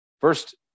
first